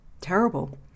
terrible